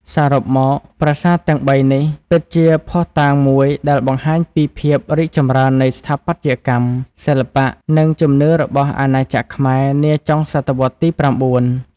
សរុបមក ប្រាសាទទាំងបីនេះពិតជាភស្តុតាងមួយដែលបង្ហាញពីភាពរីកចម្រើននៃស្ថាបត្យកម្ម សិល្បៈ និងជំនឿរបស់អាណាចក្រខ្មែរនាចុងសតវត្សរ៍ទី៩។